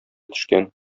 төшкән